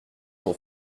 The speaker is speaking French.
son